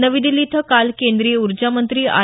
नवी दिल्ली इथं काल केंद्रीय उर्जा मंत्री आर